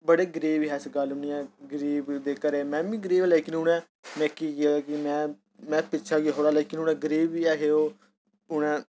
बड़े गरीब हे ऐसी गल्ल बी निं ऐ गरीब दे घरै में मीं गरीब लेकिन उ'नें में की में पिच्छै होई गेआ थोह्ड़ा लेकिन उ'नें गरीब बी है हे ओह् लेकिन उ'नें